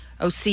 OC